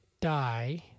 die